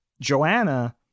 Joanna